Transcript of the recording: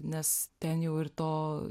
nes ten jau ir to